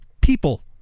people